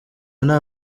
nta